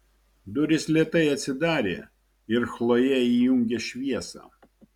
durys lėtai atsidarė ir chlojė įjungė šviesą